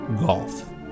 golf